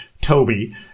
Toby